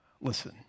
Listen